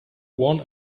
one